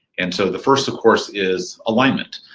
and so the first, of course, is alignment.